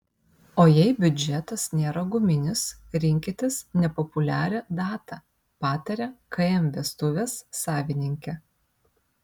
o jei biudžetas nėra guminis rinkitės nepopuliarią datą pataria km vestuvės savininkė